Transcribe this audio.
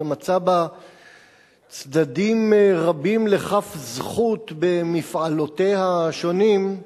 ומצא בה צדדים רבים לכף זכות במפעלותיה השונים,